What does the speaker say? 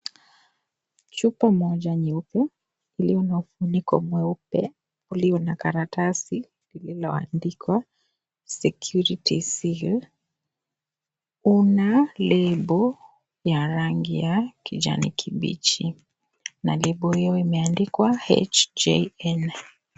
Chupa moja nyeupe iliyo na ufuniko mweupe ulio na karatasi lililoandikwa security seal una lebo ya rangi ya kijani kibichi na lebo hiyo imeandikwa HJN.